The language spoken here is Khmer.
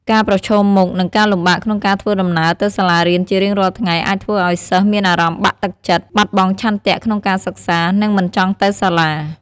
ការប្រឈមមុខនឹងការលំបាកក្នុងការធ្វើដំណើរទៅសាលារៀនជារៀងរាល់ថ្ងៃ អាចធ្វើឱ្យសិស្សមានអារម្មណ៍បាក់ទឹកចិត្ត បាត់បង់ឆន្ទៈក្នុងការសិក្សា និងមិនចង់ទៅសាលា។